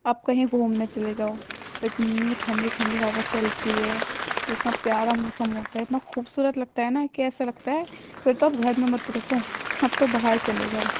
اب کہیں گھومنے چلے جاؤ اور اتنی ٹھنڈی ٹھنڈی ہوا چلتی ہے اتنا پیارا موسم ہوتا ہے اتنا خوبصورت لگتا ہے نا کہ ایسا لگتا ہے پھر تو اب گھر میں مت رکو اب تو باہر چلے جاؤ